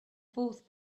fourth